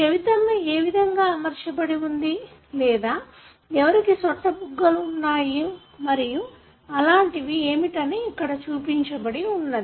చెవితమ్మె ఏ విధంగా అమర్చబడివుంది లేదా ఎవరికి సొట్ట బుగ్గలు వున్నాయి మరియు అలాంటివి ఏమిటని ఇక్కడ చూపించబడివుంది